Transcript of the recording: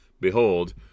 Behold